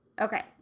Okay